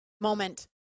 moment